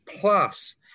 plus